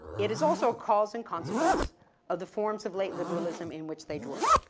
it is also cause and consequence of the forms of late liberalism in which they dwell.